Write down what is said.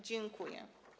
Dziękuję.